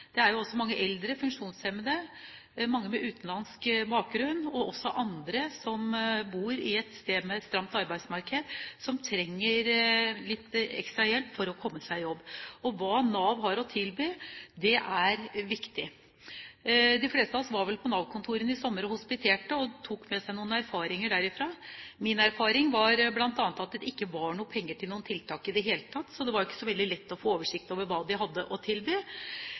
Det er også mange eldre, funksjonshemmede, mange med utenlandsk bakgrunn og også andre som bor på steder med et stramt arbeidsmarked, som trenger litt ekstra hjelp for å komme seg i jobb. Hva Nav har å tilby, er viktig. De fleste av oss hospiterte vel på et Nav-kontor i sommer og tok med seg noen erfaringer derfra. Min erfaring var bl.a. at det ikke var noen penger til noen tiltak i det hele tatt, så det var jo ikke så veldig lett å få oversikt over hva de hadde å